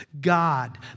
God